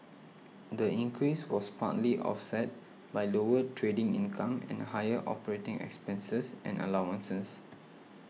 the increase was partly offset by lower trading income and higher operating expenses and allowances